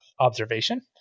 observation